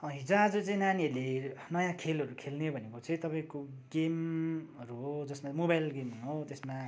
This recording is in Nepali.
हिजोआज चाहिँ नानीहरूले नयाँ खेलहरू खेल्ने भनेको चाहिँ तपाईँको गेमहरू हो जसलाई मोबाइल गेमहरू हो जसमा